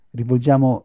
rivolgiamo